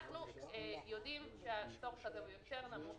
אנחנו יודעים שהצורך הזה הוא יותר נמוך,